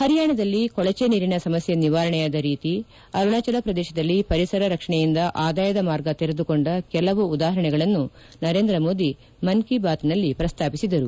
ಹರಿಯಾಣದಲ್ಲಿ ಕೊಳಚೆ ನೀರಿನ ಸಮಸ್ಯೆ ನಿವಾರಣೆಯಾದ ರೀತಿ ಅರುಣಾಚಲ ಪ್ರದೇಶದಲ್ಲಿ ಪರಿಸರ ರಕ್ಷಣೆಯಿಂದ ಆದಾಯದ ಮಾರ್ಗ ತೆರೆದುಕೊಂಡ ಕೆಲವು ಉದಾಹರಣೆಗಳನ್ನು ಮನ್ ಕಿ ಬಾತ್ನಲ್ಲಿ ನರೇಂದ್ರ ಮೋದಿ ಪ್ರಸ್ತಾಪಿಸಿದರು